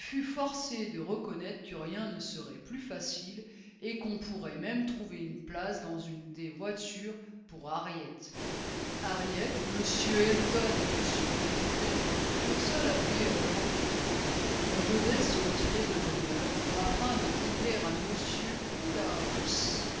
forcé de reconnaître que rien ne serait plus facile et qu'on pourrait même trouver une place dans une des voitures pour harriet harriet m elton et m knightley furent seuls appelés à les rencontrer on devait se retirer de bonne heure afin de complaire à